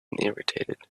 irritated